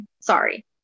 sorry